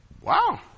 Wow